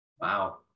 Wow